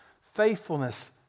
faithfulness